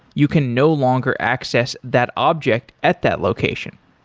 you can no longer access that object at that location.